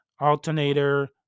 alternator